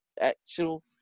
actual